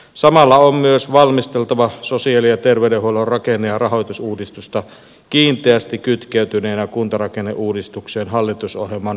samalla on myös valmisteltava sosiaali ja terveydenhuollon rakenne ja rahoitusuudistusta kiinteästi kytkeytyneenä kuntarakenneuudistukseen hallitusohjelman mukaisesti